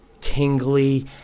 tingly